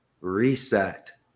reset